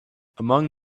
among